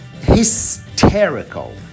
hysterical